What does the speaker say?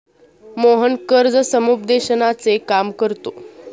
मोहन कर्ज समुपदेशनाचे काम करतो